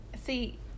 see